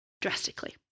drastically